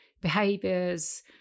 behaviors